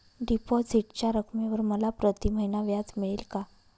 डिपॉझिटच्या रकमेवर मला प्रतिमहिना व्याज मिळेल का?